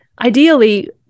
ideally